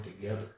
together